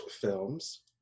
films